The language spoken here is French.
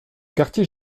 quartier